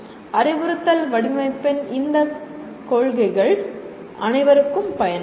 அறிவுறுத்தல் வடிவமைப்பின் இந்த கொள்கைகள் அனைவருக்கும் பயனளிக்கும்